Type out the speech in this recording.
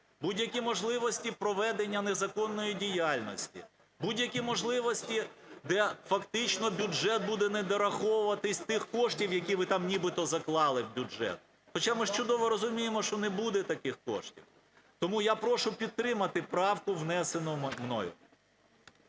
будь-які можливості проведення незаконної діяльності, будь-які можливості для… Фактично бюджет буде недораховувати тих коштів, які ви нібито заклали в бюджет. Хоча ми ж чудово розуміємо, що не буде таких коштів. Тому я прошу підтримати правку, внесену мною.